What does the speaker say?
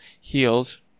heels